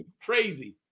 crazy